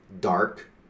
dark